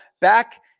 back